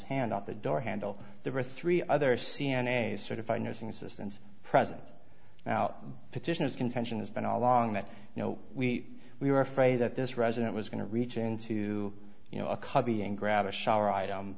hand out the door handle there are three other c n a certified nursing assistant present now petitioners contention has been all along that you know we we were afraid that this resident was going to reach into you know a cubby and grab a shower